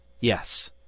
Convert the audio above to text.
yes